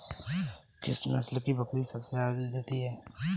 किस नस्ल की बकरी सबसे ज्यादा दूध देती है?